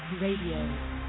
Radio